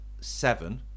seven